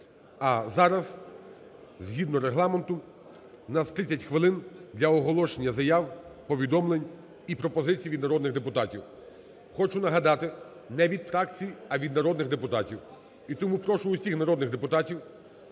А зараз згідно Регламенту у нас 30 хвилин для оголошення заяв, повідомлень і пропозицій від народних депутатів. Хочу нагадати не від фракцій, а від народних депутатів. І тому прошу усіх народних депутатів,